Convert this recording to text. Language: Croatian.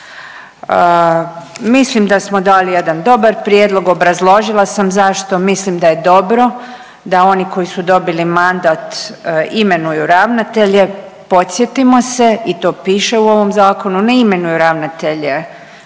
Mislim da smo dali jedan dobar prijedlog, obrazložila sam zašto. Mislim da je dobro da oni koji su dobili mandat imenuju ravnatelje. Podsjetimo se i to piše u ovom zakonu ne imenuje ravnatelje